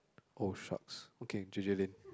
oh shucks okay J_J-Lin